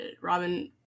Robin